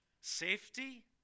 safety